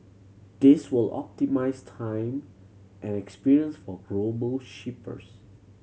this will optimise time and experience for global shippers